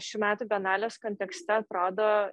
šių metų bienalės kontekste atrodo